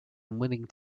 unwilling